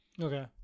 Okay